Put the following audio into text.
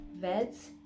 Vets